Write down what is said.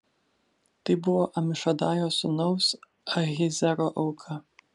tai buvo amišadajo sūnaus ahiezero auka